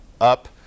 up